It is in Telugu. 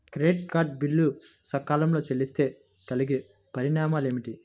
క్రెడిట్ కార్డ్ బిల్లు సకాలంలో చెల్లిస్తే కలిగే పరిణామాలేమిటి?